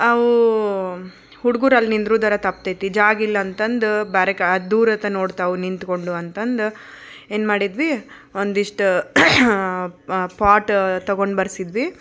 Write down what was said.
ಅವು ಹುಡುಗರ ಅಲ್ಲಿ ನಿಂದ್ರೋದಾರ ತಪ್ತೈತಿ ಜಾಗ ಇಲ್ಲ ಅಂತಂದು ಬ್ಯಾರೆಕಾ ದೂರ ನೋಡ್ತಾವೆ ನಿಂತ್ಕೊಂಡು ಅಂತಂದು ಏನ್ಮಾಡಿದ್ವಿ ಒಂದಿಷ್ಟು ಪಾಟ್ ತೊಗೊಂಡು ಬರಿಸಿದ್ವಿ